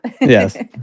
Yes